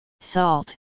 salt